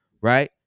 Right